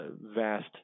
vast